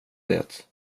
det